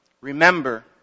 Remember